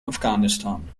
afghanistan